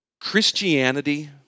Christianity